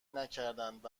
نکردند